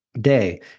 day